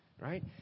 Right